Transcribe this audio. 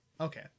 okay